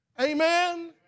Amen